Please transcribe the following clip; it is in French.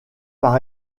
par